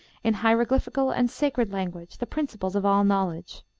in hieroglyphical and sacred language, the principles of all knowledge.